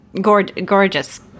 Gorgeous